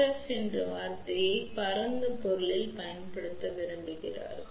F என்ற வார்த்தையை பரந்த பொருளில் பயன்படுத்தத் தொடங்கியுள்ளனர்